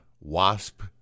wasp